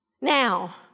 Now